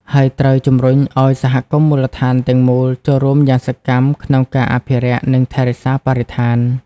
ហើយត្រូវជំរុញឱ្យសហគមន៍មូលដ្ឋានទាំងមូលចូលរួមយ៉ាងសកម្មក្នុងការអភិរក្ស និងថែរក្សាបរិស្ថាន។